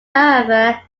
however